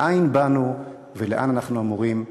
מאין באנו ולאן אנחנו אמורים לחתור.